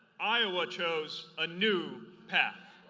iowa chose a new past.